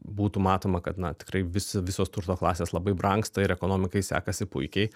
būtų matoma kad na tikrai vis visos turto klasės labai brangsta ir ekonomikai sekasi puikiai